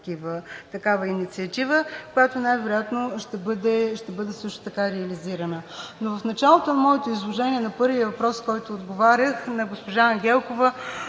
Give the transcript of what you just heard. такава инициатива, която най-вероятно ще бъде също така реализирана. В началото на моето изложение, на първия въпрос, на който отговарях – на госпожа Ангелкова,